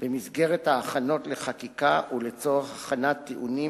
במסגרת ההכנות לחקיקה ולצורך הכנת טיעונים